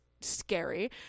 scary